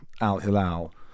Al-Hilal